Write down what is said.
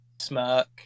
smirk